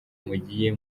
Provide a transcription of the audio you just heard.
mugiye